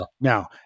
Now